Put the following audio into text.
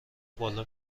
بالا